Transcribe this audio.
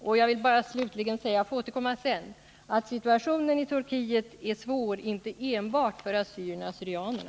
Slutligen vill jag bara säga — jag får återkomma senare — att situationen i Turkiet är svår inte enbart för assyrierna och syrianerna.